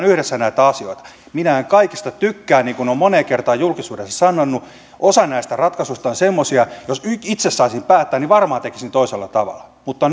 yhdessä näitä asioita minä en kaikesta tykkää niin kuin olen moneen kertaan julkisuudessa sanonut osa näistä ratkaisuista on semmoisia että jos itse saisin päättää niin varmaan tekisin toisella tavalla mutta